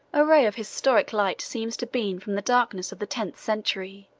a ray of historic light seems to beam from the darkness of the tenth century.